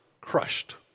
crushed